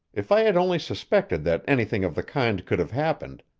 if i had only suspected that anything of the kind could have happened,